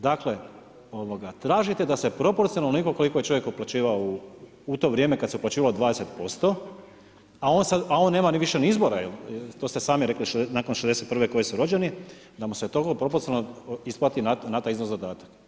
Dakle, tražite da se proporcionalno onoliko koliko je čovjek uplaćivao u to vrijeme kad se uplaćivalo 20%, a on nema ni više izbora, to ste sami rekli, nakon '61. koji su rođeni da mu se toliko proporcionalno isplati na taj iznos dodatak.